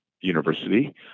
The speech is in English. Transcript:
university